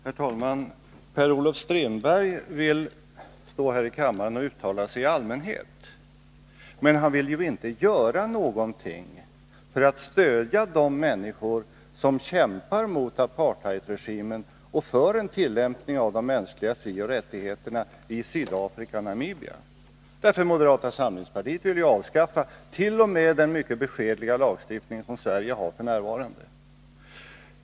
Herr talman! Per-Olof Strindberg vill stå här i kammaren och uttala sig i allmänhet, men han vill inte göra någonting för att stödja de människor som kämpar mot apartheidregimen och för en tillämpning av de mänskliga frioch rättigheterna i Sydafrika och Namibia. Moderaterna vill ju avskaffa t.o.m. den mycket beskedliga lagstiftning Sverige har f. n.